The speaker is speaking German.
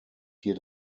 hier